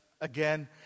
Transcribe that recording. again